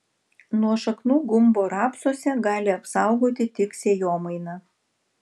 nuo šaknų gumbo rapsuose gali apsaugoti tik sėjomaina